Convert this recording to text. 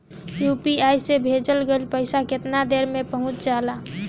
UPI से भेजल गईल पईसा कितना देर में पहुंच जाला?